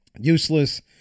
useless